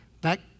Back